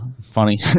funny